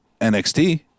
nxt